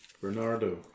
Bernardo